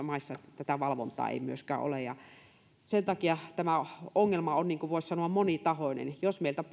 maissa joissa tätä valvontaa ei myöskään ole sen takia tämä ongelma on voisi sanoa monitahoinen jos meiltä